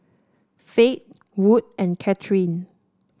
Fate Wood and Katherine